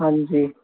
ਹਾਂਜੀ